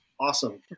awesome